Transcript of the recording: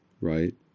Right